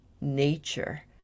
nature